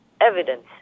evidence